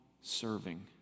serving